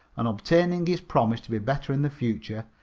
and obtaining his promise to be better in the future,